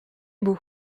beau